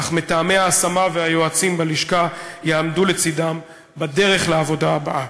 אך מתאמי ההשמה והיועצים בלשכה יעמדו לצדם בדרך לעבודה הבאה.